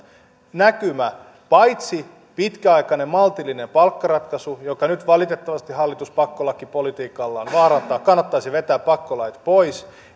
näkymä paitsi pitkäaikainen maltillinen palkkaratkaisu jonka nyt valitettavasti hallitus pakkolakipolitiikallaan vaarantaa kannattaisi vetää pakkolait pois